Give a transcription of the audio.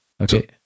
Okay